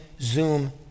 zoom